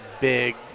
big